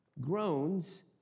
groans